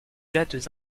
dates